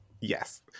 Yes